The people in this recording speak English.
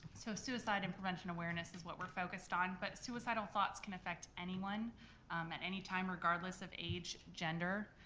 so suicide and prevention awareness is what we're focused on, but suicidal thoughts can affect anyone at any time regardless of age, gender,